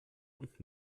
und